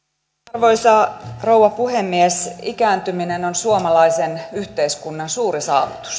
arvoisa rouva puhemies ikääntyminen on suomalaisen yhteiskunnan suuri saavutus